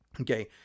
Okay